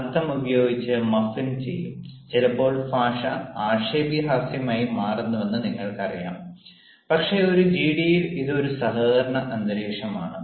അർത്ഥം ഉപയോഗിച്ച് മഫ്ലിംഗ് ചെയ്യും ചിലപ്പോൾ ഭാഷ ആക്ഷേപഹാസ്യമായി മാറുന്നുവെന്ന് നിങ്ങൾക്കറിയാം പക്ഷേ ഒരു ജിഡിയിൽ ഇത് ഒരു സഹകരണ അന്തരീക്ഷമാണ്